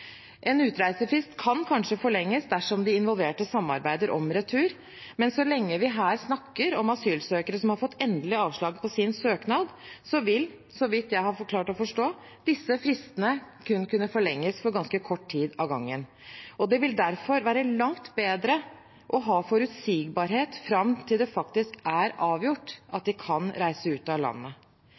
En utreisefrist kan kanskje forlenges dersom de involverte samarbeider om retur, men så lenge vi her snakker om asylsøkere som har fått endelig avslag på sin søknad, vil – så vidt jeg har klart å forstå – disse fristene kun kunne forlenges for ganske kort tid av gangen. Det vil derfor være langt bedre å ha forutsigbarhet fram til det faktisk er avgjort at de kan reise ut av landet.